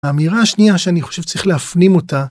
האמירה השנייה שאני חושב שצריך להפנים אותה